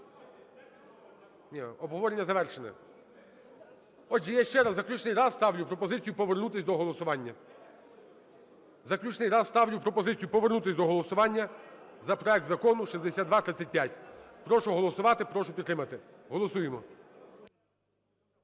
Ні, обговорення завершене. Отже, я ще раз, заключний раз, ставлю пропозицію повернутись до голосування. Заключний раз ставлю пропозицію повернутись до голосування за проект Закону 6235. Прошу голосувати, прошу підтримати. Голосуємо.